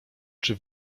czy